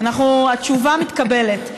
התשובה מתקבלת,